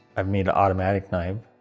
i've made a automatic knife.